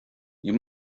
you